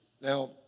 Now